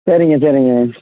சரிங்க சரிங்க